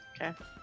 Okay